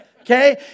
okay